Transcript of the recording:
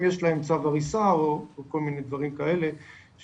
אם יש להם צו הריסה או כל מני דברים כאלה שגם